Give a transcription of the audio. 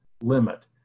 limit